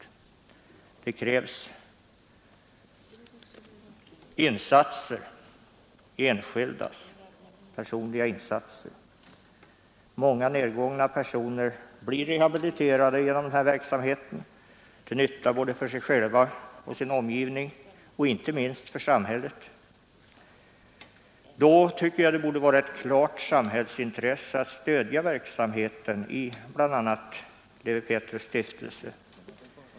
Arbetet kräver enskilda, personliga insatser. Många nergångna personer blir genom den verksamheten rehabiliterade, till nytta både för sig själva och sin omgivning samt inte minst för samhället. Då tycker jag också att det borde vara ett klart samhällsintresse att stödja verksamheten i bl.a. Lewi Pethrus” stiftelse.